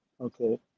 okay